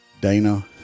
Dana